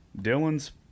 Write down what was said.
Dylan's